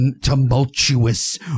tumultuous